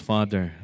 Father